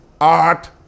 art